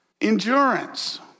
Endurance